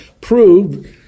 proved